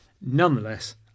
Nonetheless